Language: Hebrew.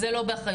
זה לא באחריותך,